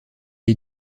est